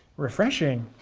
refreshing.